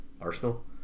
Arsenal